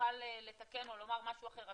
תוכל לתקן או לומר משהו אחר,